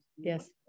Yes